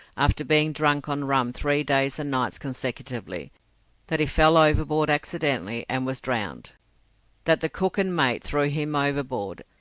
after being drunk on rum three days and nights consecutively that he fell overboard accidentally and was drowned that the cook and mate threw him overboard,